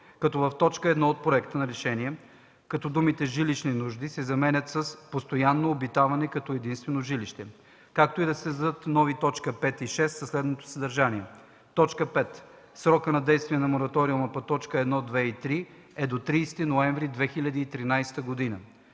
като в т. 1 от проекта за решение думите „жилищни нужди” се заменят с „постоянно обитавани като единствено жилище”, както и да се създадат нови т. 5 и 6 със следното съдържание: 5. Срокът на действие на мораториума по т. 1, 2 и 3 е до 30 ноември 2013 г.